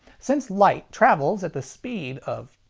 since light travels at the speed of,